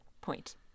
point